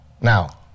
Now